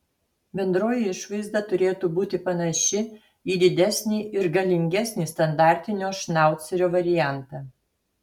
bendroji išvaizda turėtų būti panaši į didesnį ir galingesnį standartinio šnaucerio variantą